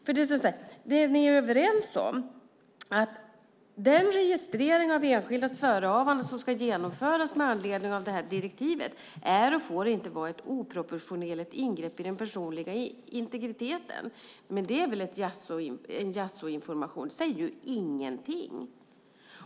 Det ni är överens om är att den registrering av enskildas förehavanden som ska genomföras med anledning av detta direktiv "är och får inte vara ett oproportionerligt ingrepp i den personliga integriteten". Det är väl jaså-information; det säger ingenting.